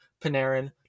Panarin